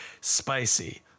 Spicy